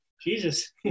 Jesus